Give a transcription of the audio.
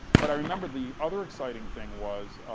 but i remember the other exciting thing was,